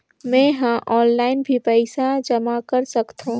मैं ह ऑनलाइन भी पइसा जमा कर सकथौं?